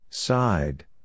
side